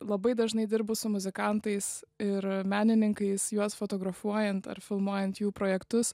labai dažnai dirbu su muzikantais ir menininkais juos fotografuojant ar filmuojant jų projektus